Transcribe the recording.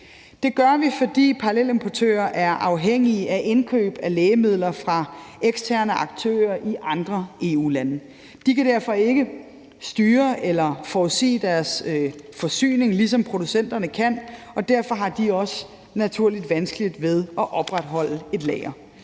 Det gør vi, fordi parallelimportører er afhængige af indkøb af lægemidler fra eksterne aktører i andre EU-lande. De kan derfor ikke styre eller forudsige deres forsyning, ligesom producenterne kan, og derfor har de også naturligt vanskeligt ved at opretholde et lager.